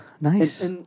nice